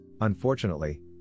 Unfortunately